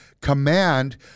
command